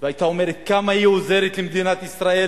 היתה אומרת כמה היא עוזרת למדינת ישראל